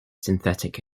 synthetic